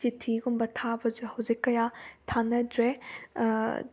ꯆꯤꯊꯤꯒꯨꯝꯕ ꯊꯥꯕꯁꯦ ꯍꯧꯖꯤꯛ ꯀꯌꯥ ꯊꯥꯅꯗ꯭ꯔꯦ